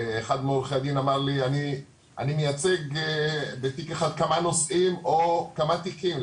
אחד מעורכי הדין אמר לי "אני מייצג בתיק אחד כמה נושאים או כמה תיקים,